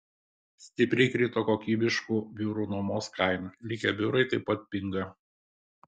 stipriai krito kokybiškų biurų nuomos kaina likę biurai taip pat pinga